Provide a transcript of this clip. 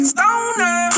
Stoner